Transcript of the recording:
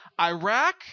Iraq